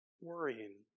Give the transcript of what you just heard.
worrying